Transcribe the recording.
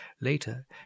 Later